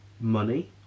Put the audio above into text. money